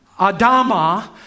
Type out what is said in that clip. Adama